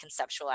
conceptualize